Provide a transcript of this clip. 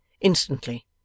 Instantly